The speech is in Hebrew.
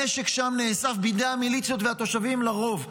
הנשק שם נאסף בידי המיליציות והתושבים לרוב,